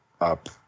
up –